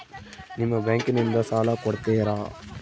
ನಿಮ್ಮ ಬ್ಯಾಂಕಿನಿಂದ ಸಾಲ ಕೊಡ್ತೇರಾ?